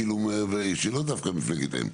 כאילו, שהיא לאו דווקא מפלגת אם.